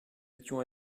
étions